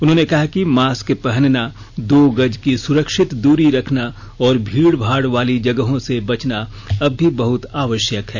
उन्होंने कहा कि मास्क पहनना दो गज की सुरक्षित दूरी रखना और भीड़ भाड़ वाली जगहों से बचना अब भी बहुत आवश्यक है